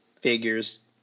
figures